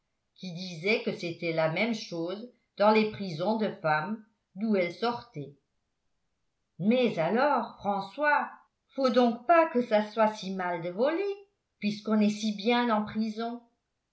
qui disaient que c'était la même chose dans les prisons de femmes d'où elles sortaient mais alors françois faut donc pas que ça soit si mal de voler puisqu'on est si bien en prison